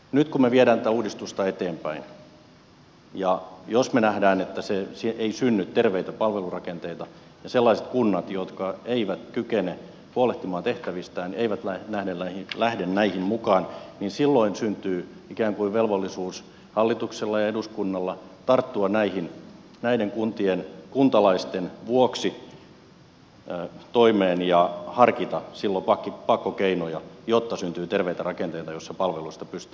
nyt kun me viemme tätä uudistusta eteenpäin ja jos me näemme että ei synny terveitä palvelurakenteita ja sellaiset kunnat jotka eivät kykene huolehtimaan tehtävistään eivät lähde näihin mukaan niin silloin syntyy ikään kuin velvollisuus hallitukselle ja eduskunnalle tarttua näiden kuntien kuntalaisten vuoksi toimeen ja harkita silloin pakkokeinoja jotta syntyy terveitä rakenteita joissa palveluista pystytään huolehtimaan